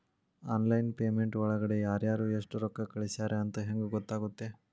Online payment ಒಳಗಡೆ ಯಾರ್ಯಾರು ಎಷ್ಟು ರೊಕ್ಕ ಕಳಿಸ್ಯಾರ ಅಂತ ಹೆಂಗ್ ಗೊತ್ತಾಗುತ್ತೆ?